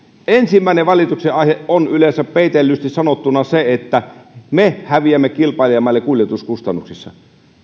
ensimmäinen valituksen aihe on yleensä peitellysti sanottuna se että me häviämme kilpailijamaille kuljetuskustannuksissa